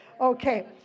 Okay